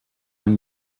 hem